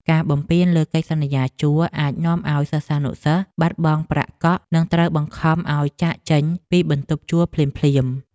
ការបំពានលើកិច្ចសន្យាជួលអាចនាំឱ្យសិស្សានុសិស្សបាត់បង់ប្រាក់កក់និងត្រូវបង្ខំឱ្យចាកចេញពីបន្ទប់ជួលភ្លាមៗ។